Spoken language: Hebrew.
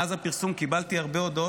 מאז הפרסום קיבלתי הרבה הודעות,